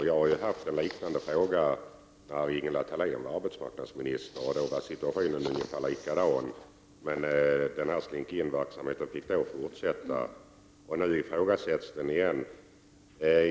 Jag ställde en liknande fråga till Ingela Thalén när hon var arbetsmarknadsminister. Då var situationen ungefär likadan, men Slink In-verksamheten fick då fortsätta. Nu ifrågasätts den igen.